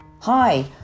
Hi